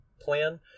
plan